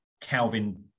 Calvin